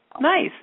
Nice